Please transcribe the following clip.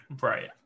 Right